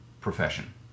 profession